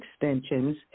extensions